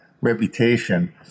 reputation